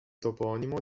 toponimo